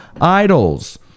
idols